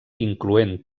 incloent